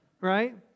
Right